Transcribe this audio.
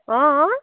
অঁ